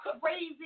crazy